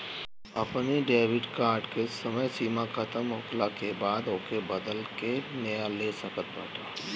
अपनी debit card के समय सीमा खतम होखला के बाद ओके बदल के नया ले सकत बाटअ